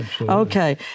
Okay